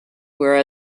where